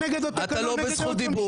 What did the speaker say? אתה הולך נגד התקנון ונגד היועצת המשפטית.